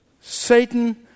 Satan